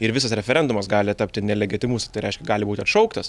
ir visas referendumas gali tapti nelegitimus tai reiškia gali būti atšauktas